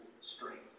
strength